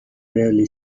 barely